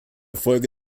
folge